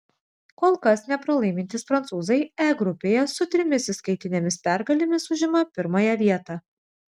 kol kas nepralaimintys prancūzai e grupėje su trimis įskaitinėmis pergalėmis užima pirmąją vietą